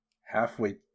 halfway